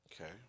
okay